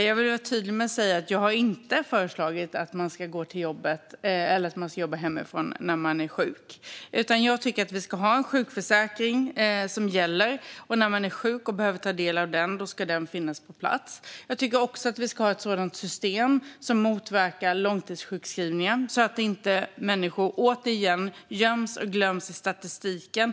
Jag vill vara tydlig med att säga att jag inte har föreslagit att man ska gå till jobbet eller att man ska jobba hemifrån när man är sjuk. Jag tycker att vi ska ha en sjukförsäkring som gäller, och när man är sjuk och behöver ta del av den ska den finnas på plats. Jag tycker också att vi ska ha ett system som motverkar långtidssjukskrivningar så att människor inte återigen göms och glöms i statistiken.